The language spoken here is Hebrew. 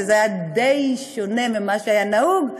שזה היה די שונה ממה שהיה נהוג,